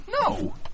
No